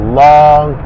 long